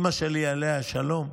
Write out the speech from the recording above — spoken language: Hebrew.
אימא שלי, עליה השלום,